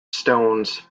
stones